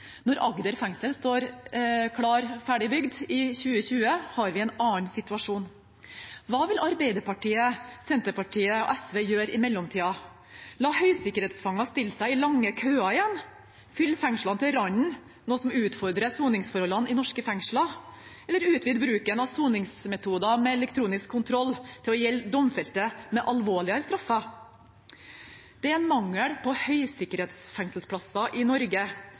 Når Agder fengsel står klart og ferdig bygd i 2020, har vi en annen situasjon. Hva vil Arbeiderpartiet, Senterpartiet og SV gjøre i mellomtiden – la høysikkerhetsfanger stille seg i lange køer igjen, fylle fengslene til randen, noe som utfordrer soningsforholdene i norske fengsler, eller utvide bruken av soningsmetoder med elektronisk kontroll til å gjelde domfelte med alvorligere straffer? Det er en mangel på høysikkerhetsfengselsplasser i Norge.